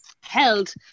held